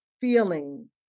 feeling